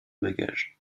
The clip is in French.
bagages